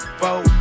four